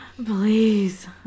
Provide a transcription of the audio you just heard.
please